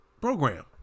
Program